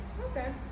Okay